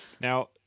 Now